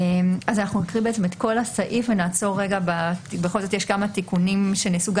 אנחנו נקריא את כל הסעיף ונעצור כי בכל זאת יש כמה תיקונים שנעשו.